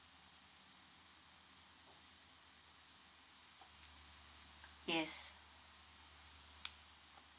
yes